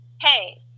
hey